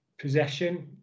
possession